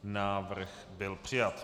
Návrh byl přijat.